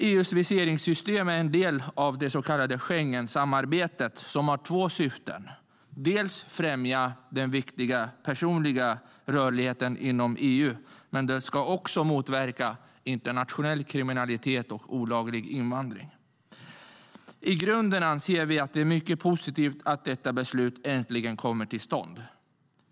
EU:s viseringssystem är en del av det så kallade Schengensamarbetet som har två syften, dels främja den viktiga personliga rörligheten inom EU, dels motverka internationell kriminalitet och olaglig invandring. I grunden anser vi att det är mycket positivt att detta beslut äntligen kommer till stånd.